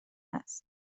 است